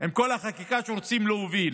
עם כל החקיקה שרוצים להוביל,